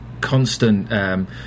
constant